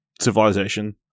civilization